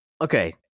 Okay